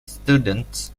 students